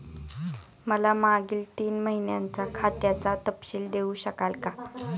मला मागील तीन महिन्यांचा खात्याचा तपशील देऊ शकाल का?